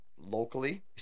locally